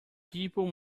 people